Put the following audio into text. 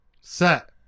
Set